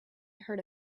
heard